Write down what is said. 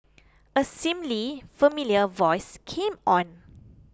a seemingly familiar voice came on